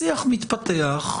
השיח מתפתח,